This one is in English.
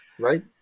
Right